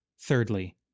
Thirdly